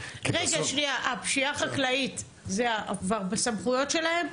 הפשיעה החקלאית זה כבר בסמכויות שלהם?